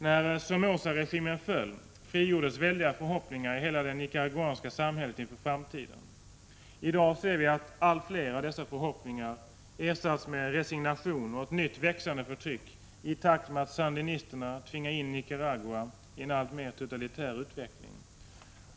När Somoza-regimen föll frigjordes väldiga förhoppningar i hela det nicaraguanska samhället inför framtiden. I dag ser vi att allt fler av dessa förhoppningar ersatts med resignation och ett nytt växande förtryck i takt med att sandinisterna tvingar in Nicaragua i en alltmer totalitär utveckling.